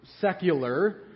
secular